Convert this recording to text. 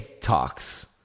talks